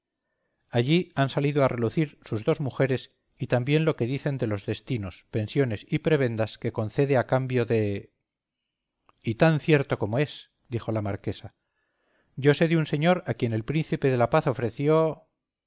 allí han salido a relucir sus dos mujeres y también lo que dicen de los destinos pensiones y prebendas que concede a cambio de y tan cierto como es dijo la marquesa yo sé de un señor a quien el príncipe de la paz ofreció